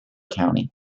county